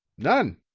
none,